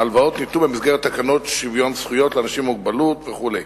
ההלוואות ניתנו במסגרת תקנות שוויון זכויות לאנשים עם מוגבלות וכו'.